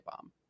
bomb